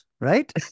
right